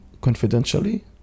confidentially